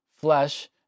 flesh